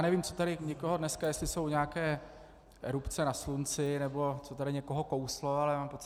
Nevím, co tady u někoho dneska, jestli jsou nějaké erupce na Slunci, nebo co tady někoho kouslo.